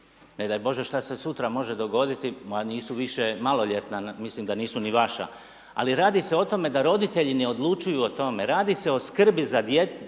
ne daj bože šta se sutra može dogoditi, moja nisu više maloljetna, mislim da nisu ni vaša, ali radi se o tome da roditelji ne odlučuju o tome, radi se o skrbi za dijete